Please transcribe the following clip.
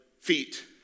feet